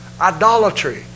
idolatry